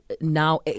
now